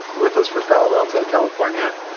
with us from palo alto, california,